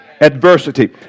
adversity